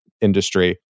industry